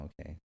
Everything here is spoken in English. okay